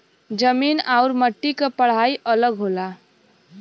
जमीन आउर मट्टी क पढ़ाई अलग होला